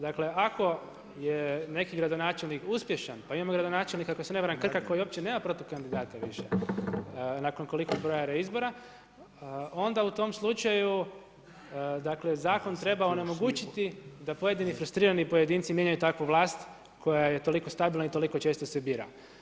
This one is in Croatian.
Dakle ako je neki gradonačelnik uspješan pa ima gradonačelnika ako se ne varam Krka koji nema uopće protukandidata više nakon koliko broja reizbora, onda u tom slučaju dakle, zakon treba onemogućiti da pojedini frustrirani pojedinci mijenjaju takvu vlast, koja je toliko stabilna i toliko često se bira.